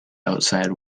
outside